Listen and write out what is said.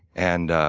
and